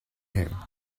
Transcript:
him